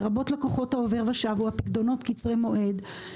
לרבות לקוחות העובר ושב או הפיקדונות קצרי מועד,